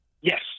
Yes